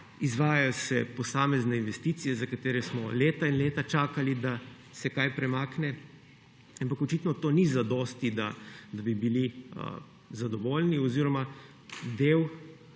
izvajajo se posamezne investicije, za katere smo leta in leta čakali, da se kaj premakne. Ampak to očitno ni zadosti, da bili zadovoljni; oziroma del